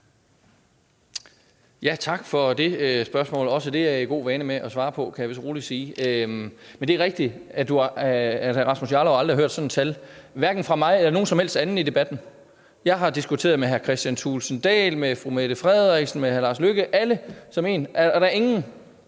Tak for det spørgsmål. Også det er jeg i god vane med at svare på, kan jeg vist roligt sige. Men det er rigtigt, at hr. Rasmus Jarlov aldrig har hørt sådan et tal hverken fra mig eller nogen som helst anden i debatten. Jeg har diskuteret det med hr. Kristian Thulesen Dahl, med fru Mette Frederiksen og med statsministeren – alle som en – og der er ingen,